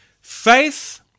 Faith